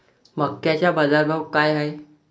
मक्याचा बाजारभाव काय हाय?